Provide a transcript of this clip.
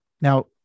Now